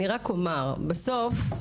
בסוף,